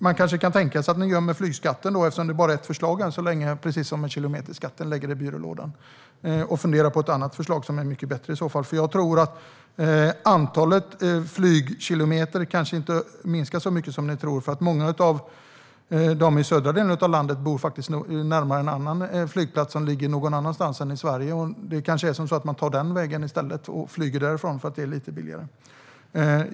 Man kanske kunde tänka sig att ni gömmer flygskatten i byrålådan, eftersom den liksom kilometerskatten bara är ett förslag än så länge, och funderar på ett annat förslag som är mycket bättre. Jag tror att antalet flygkilometer kanske inte minskar så mycket som ni tror, för många i de södra delarna av landet bor faktiskt närmare en flygplats som ligger i ett annat land. Då kanske man flyger därifrån i stället för att det är lite billigare.